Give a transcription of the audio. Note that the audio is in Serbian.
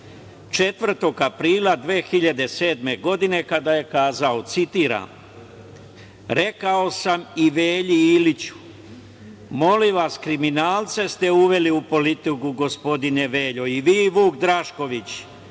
4. aprila 2007. godine, kada je rekao, citiram: „Rekao sam i Velji Iliću, molim vas, kriminalce ste uveli u politiku, gospodine Veljo, i vi i Vuk Drašković.